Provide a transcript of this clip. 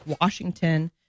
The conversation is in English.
Washington